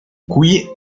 qui